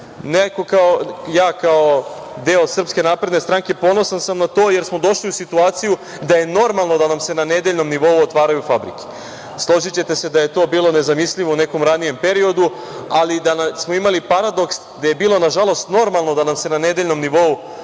temeljac. Ja kao deo SNS ponosan sam na to, jer smo došli u situaciju da je normalno da nam se na nedeljnom nivou otvaraju fabrike. Složićete se da je to bilo nezamislivo u nekom ranijem periodu, ali da smo imali paradoks gde je bilo nažalost normalno da nam se na nedeljnom nivou gase